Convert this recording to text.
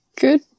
good